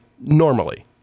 normally